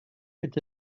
est